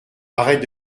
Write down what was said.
arrête